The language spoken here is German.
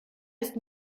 ist